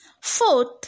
fourth